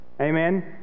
Amen